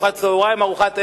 ארוחת צהריים וארוחת ערב,